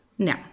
Now